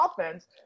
offense